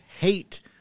hate